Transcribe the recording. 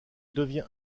devient